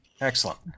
excellent